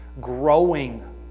growing